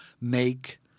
make